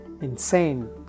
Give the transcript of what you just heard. insane